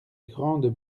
grandes